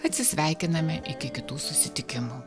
atsisveikiname iki kitų susitikimų